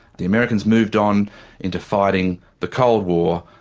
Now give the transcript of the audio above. the americans moved on into fighting the cold war,